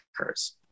occurs